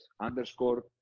underscore